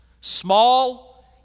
small